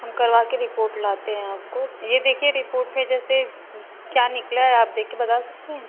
हम करवा कर रिपोर्ट लाते हैं आपको यह देखिए रिपोर्ट में जैसे क्या निकला है आप देख के बता सकती हैं